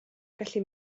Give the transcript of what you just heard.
gallu